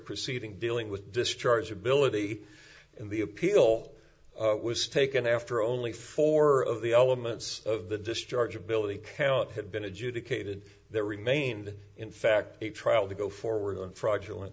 proceeding dealing with discharge ability in the appeal was taken after only four of the elements of the discharge ability had been adjudicated there remained in fact a trial to go forward on fraudulent